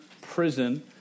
prison